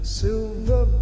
silver